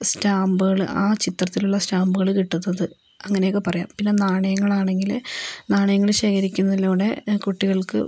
സ്റ്റാമ്പുകള് ആ ചിത്രത്തിലുള്ള സ്റ്റാമ്പുകള് കിട്ടുന്നത് അങ്ങിനെയൊക്കെ പറയാം പിന്നെ നാണയങ്ങളാണെങ്കില് നാണയങ്ങള് ശേഖരിക്കുന്നതിലൂടെ കുട്ടികൾക്ക്